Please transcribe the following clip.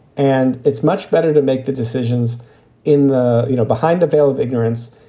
and it's much better to make the decisions in the, you know, behind the veil of ignorance.